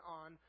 on